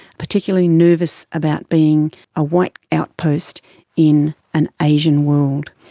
particularly nervous about being a white outpost in an asian world.